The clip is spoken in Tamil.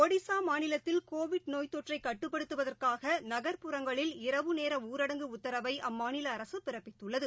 ஒடிஸாமாநிலத்தில் கோவிட் நோய் தொற்றைகட்டுப்படுத்துவதற்காகஅம்மாநிலத்தில் நகர்புறங்களில் இரவு நேரஊரட்ங்கு உத்தரவைஅம்மாநிலஅரசுபிறப்பித்துள்ளது